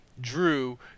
Drew